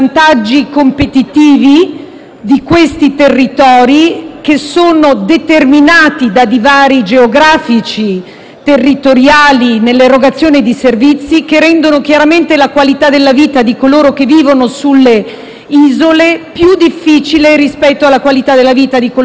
di questi territori, che sono determinati da divari geografici e territoriali nell'erogazione di servizi, che rendono chiaramente la qualità della vita di coloro che vivono sulle isole più difficile rispetto alla qualità della vita di coloro che vivono sulla penisola.